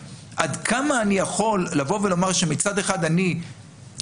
מקיימים כאן עד כמה אני יכול לומר שמצד אחד אני מכיר